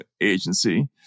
agency